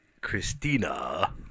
Christina